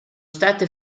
state